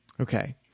Okay